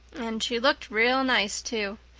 and she looked real nice too.